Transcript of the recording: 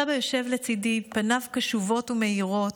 סבא יושב לצידי, פניו קשובות ומאירות,